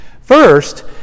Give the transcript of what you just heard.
First